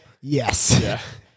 Yes